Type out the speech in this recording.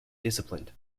disciplined